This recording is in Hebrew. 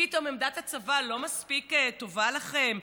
פתאום עמדת הצבא לא מפסיק טובה לכם?